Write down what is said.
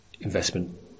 investment